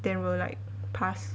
then will like pass